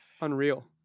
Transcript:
unreal